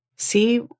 See